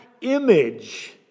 image